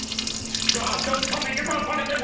good god! don't tell me you brought one of